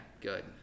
good